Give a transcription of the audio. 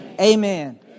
amen